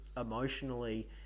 emotionally